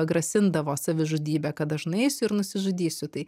grasindavo savižudybe kad aš nueisiu ir nusižudysiu tai